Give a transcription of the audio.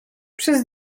przez